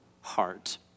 heart